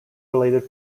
related